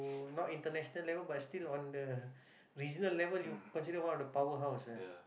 not international level but still on the regional level you considered one of the powerhouse ah